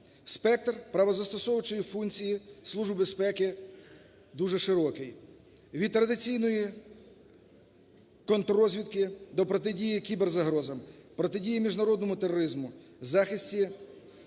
Спектр правозастосовуючої функції Служби безпеки дуже широкий: від традиційної контррозвідки до протидій кіберзагрозам, протидії міжнародному тероризму, в захисті